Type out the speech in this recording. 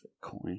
coin